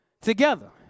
Together